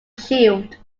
shield